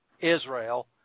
Israel